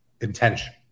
intention